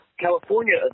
California